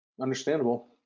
understandable